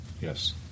Yes